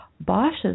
Bosch's